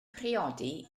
priodi